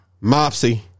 Mopsy